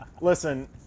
listen